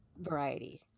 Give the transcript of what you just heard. variety